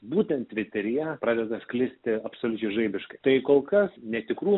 būtent tviteryje pradeda sklisti absoliučiai žaibiškai tai kol kas netikrų